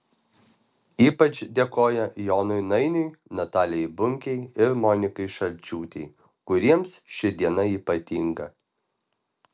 ypač dėkoja jonui nainiui natalijai bunkei ir monikai šalčiūtei kuriems ši diena ypatinga